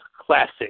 classic